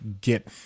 get